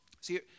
See